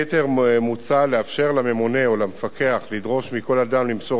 מוצע לאפשר לממונה או למפקח לדרוש מכל אדם למסור את שמו,